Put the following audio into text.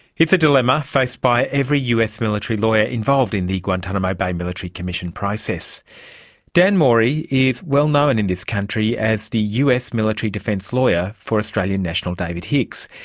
it's a dilemma faced by every us military lawyer involved in the guantanamo bay military commissions. dan mori is well known in this country as the us military defence lawyer for australian national david hicks.